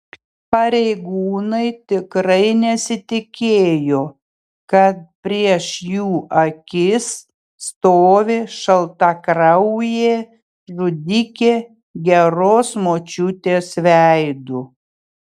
pareigūnai tikrai nesitikėjo kad prieš jų akis stovi šaltakraujė žudikė geros močiutės veidu